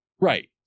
Right